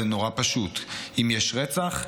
זה נורא פשוט: אם יש רצח,